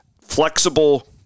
Flexible